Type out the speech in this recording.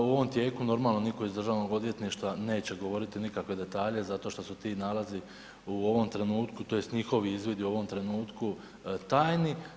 U ovom tijeku, normalno nitko iz DORH-a neće govoriti nikakve detalje zato što su ti nalazi u ovom trenutku, tj. njihovi izvidi u ovom trenutku, tajni.